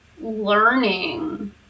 learning